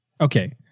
Okay